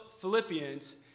Philippians